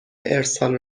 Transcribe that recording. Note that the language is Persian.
ارسال